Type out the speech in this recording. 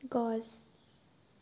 গছ